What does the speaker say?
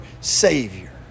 savior